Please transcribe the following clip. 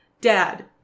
Dad